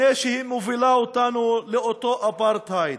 לפני שהיא מובילה אותנו לאותו אפרטהייד.